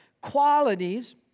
qualities